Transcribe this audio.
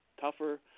tougher